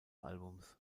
albums